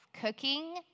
Cooking